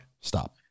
stop